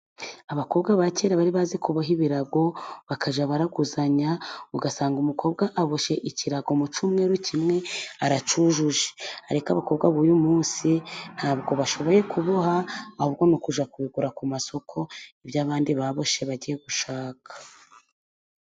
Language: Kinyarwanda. Abakobwa ba kera bari bazi kuboha ibirago, bakajya baraguzanya, ugasanga umukobwa aboshye ikirago, mu cyumweru kimwe aracyujuje, ariko abakobwa b'uyu munsi ntabwo bashoboye kuboha, ahubwo ni ukujya kubigura ku masoko, ibyo abandi baboshye bagiye gushaka.